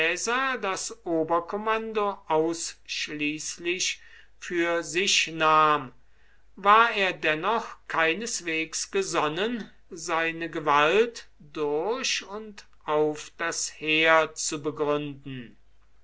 das oberkommando ausschließlich für sich nahm war er dennoch keineswegs gesonnen seine gewalt durch und auf das heer zu begründen